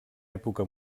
època